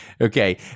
Okay